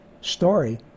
story